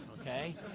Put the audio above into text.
okay